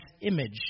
image